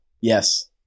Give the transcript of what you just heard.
Yes